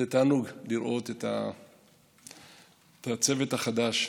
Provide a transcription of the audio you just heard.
זה תענוג לראות את הצוות החדש,